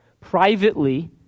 privately